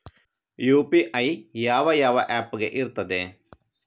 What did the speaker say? UPI ಯಾವ ಯಾವ app ಗೆ ಇರ್ತದೆ?